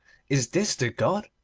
is this the god?